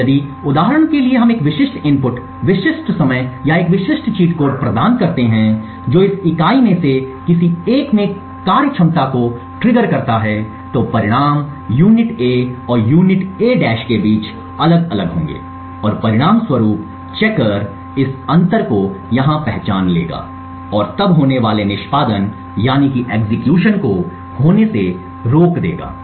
अब यदि उदाहरण के लिए हम एक विशिष्ट इनपुट विशिष्ट समय या एक विशिष्ट चीट कोड प्रदान करते हैं जो इस इकाई में से किसी एक में कार्यक्षमता को ट्रिगर करता है तो परिणाम यूनिट A और यूनिट A' के बीच अलग अलग होंगे और परिणामस्वरूप चेकर इस अंतर को यहां पहचान लेगा और तब होने वाले निष्पादन को होने से रोक देगा